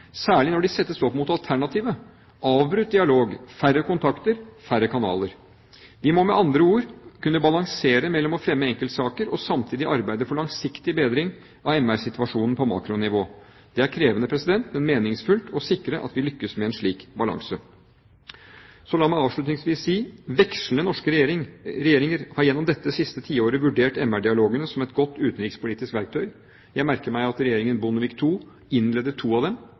særlig når de settes opp mot alternativet: avbrutt dialog, færre kontakter, færre kanaler. Vi må med andre ord kunne balansere mellom å fremme enkeltsaker og å arbeide for langsiktig bedring av MR-situasjonen på makronivå. Det er krevende, men meningsfullt å sikre at vi lykkes med en slik balanse. La meg avslutningsvis si: Vekslende norske regjeringer har gjennom dette siste tiåret vurdert MR-dialogene som et godt utenrikspolitisk verktøy. Jeg merker meg at regjeringen Bondevik II innledet to av dem,